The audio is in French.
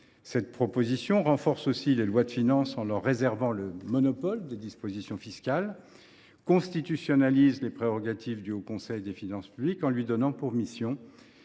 Elle renforce aussi les lois de finances en leur réservant le monopole des dispositions fiscales. Elle constitutionnalise les prérogatives du Haut Conseil des finances publiques et lui donne pour mission